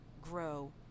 grow